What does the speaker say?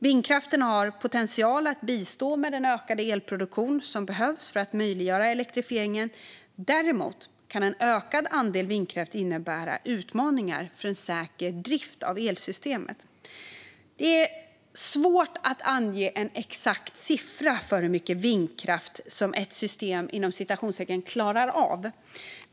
Vindkraften har potential att bistå med den ökade elproduktion som behövs för att möjliggöra elektrifieringen. Däremot kan en ökad andel vindkraft innebära utmaningar för en säker drift av elsystemet. Det är svårt att ange en exakt siffra för hur mycket vindkraft som ett system "klarar av".